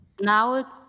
Now